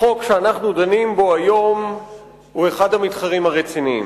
החוק שאנחנו דנים בו היום הוא אחד המתחרים הרציניים.